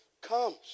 comes